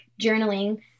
journaling